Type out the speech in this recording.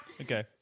Okay